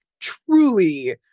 truly